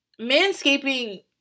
manscaping